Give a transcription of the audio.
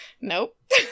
Nope